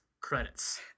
credits